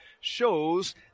shows